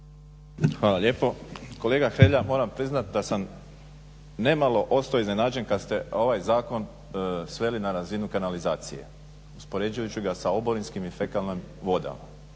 Hvala lijepa. Kolega Hrelja, moram priznat da sam nemalo ostao iznenađen kad ste ovaj zakon sveli na razinu kanalizacije uspoređujući ga sa oborinskim i fekalnim vodama.